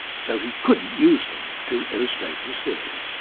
so he couldn't use them to illustrate his theory.